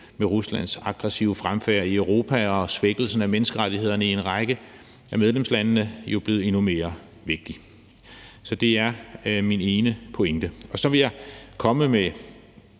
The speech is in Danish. med Ruslands aggressive fremfærd i Europa og svækkelsen af menneskerettighederne i en række af medlemslandene blevet endnu mere vigtig. Så det er min ene pointe.